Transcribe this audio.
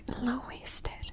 low-waisted